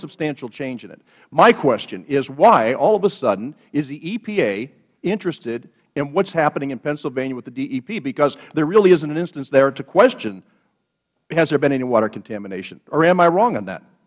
substantial change in it my question is why all of a sudden is the epa interested in what is happening in pennsylvania with the dep because there really isn't an instance there to question has there been any water contamination or am i wrong on that